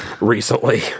recently